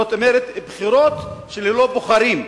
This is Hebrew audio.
זאת אומרת, בחירות ללא בוחרים,